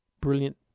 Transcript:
brilliant